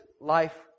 life